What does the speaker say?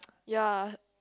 ya